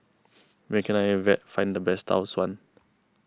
where can I find the best Tau Suan